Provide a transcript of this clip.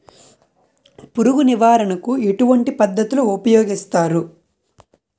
పురుగు నివారణ కు ఎటువంటి పద్ధతులు ఊపయోగిస్తారు?